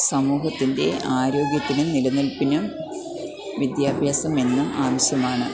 സമൂഹത്തിൻറ്റെ ആരോഗ്യത്തിനും നിലനിൽപ്പിനും വിദ്യാഭ്യാസമെന്നും ആവശ്യമാണ്